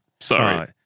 Sorry